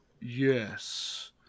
Yes